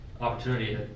opportunity